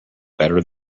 better